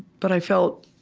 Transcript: but i felt,